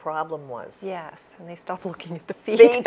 problem was yes and they stopped looking at the feeling